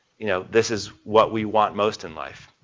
you know, this is what we want most in life.